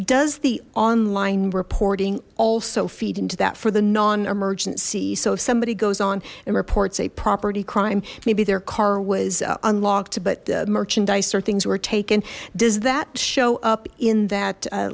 does the online reporting also feed into that for the non emergency so if somebody goes on and reports a property crime maybe their car was unlocked but merchandise or things were taken does that show up in that